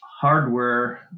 hardware